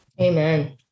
Amen